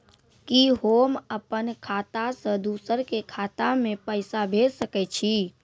कि होम अपन खाता सं दूसर के खाता मे पैसा भेज सकै छी?